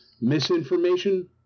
misinformation